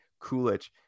Kulich